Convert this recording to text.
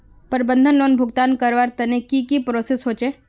प्रबंधन लोन भुगतान करवार तने की की प्रोसेस होचे?